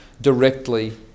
directly